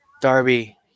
Darby